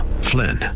Flynn